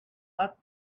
earth